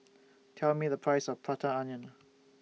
Tell Me The Price of Prata Onion